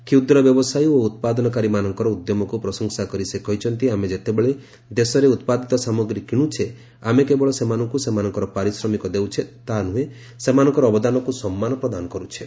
କ୍ଷୁଦ୍ର ବ୍ୟବସାୟୀ ଓ ଉତ୍ପାଦନକାରୀମାନଙ୍କର ଉଦ୍ୟମକୁ ପ୍ରଶଂସା କରି ସେ କହିଛନ୍ତି ଆମେ ଯେତେବେଳେ ଦେଶରେ ଉତ୍ପାଦିତ ସାମଗ୍ରୀ କିଣ୍ବୁଛେ ଆମେ କେବଳ ସେମାନଙ୍କୁ ସେମାନଙ୍କର ପାରିଶ୍ରମିକ ଦେଉଛେ ତାନୁହେଁ ସେମାନଙ୍କର ଅବଦାନକୁ ସମ୍ମାନ ପ୍ରଦାନ କରୁଛେ